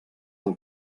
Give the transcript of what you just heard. del